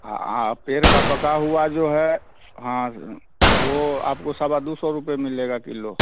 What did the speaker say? हाँ पेड़ का पका हुआ जो है हाँ वह आपको सवा दो सौ रुपये मिलेगा किलो